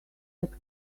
but